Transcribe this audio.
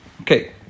Okay